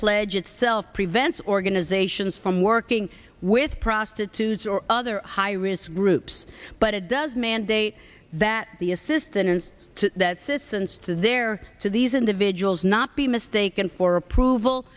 pledge itself prevents organizations from working with prostitutes or other high risk groups but it does mandate that the assistance to that sissons to their to these individuals not be mistaken for approval